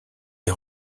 est